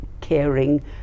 caring